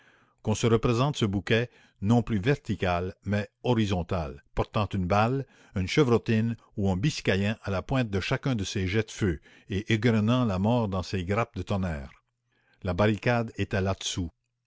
qu'on se représente ce bouquet non plus vertical mais horizontal portant une balle une chevrotine ou un biscaïen à la pointe de chacun de ses jets de feu et égrenant la mort dans ses grappes de tonnerres la barricade était là-dessous